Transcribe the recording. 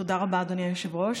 תודה רבה, אדוני היושב-ראש.